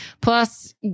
plus